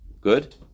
good